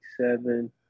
seven